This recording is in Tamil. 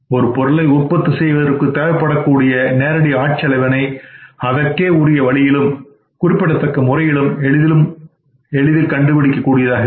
ஒரு பொருளை உற்பத்தி செய்வதற்கு தேவைப்படக்கூடிய நேரடி ஆட்செலவினை அதற்கே உரிய வழியிலும் குறிப்பிடத்தக்க முறையிலும் எளிதில் கண்டுபிடிக்கக் கூடியதாக இருக்கும்